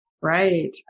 Right